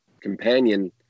companion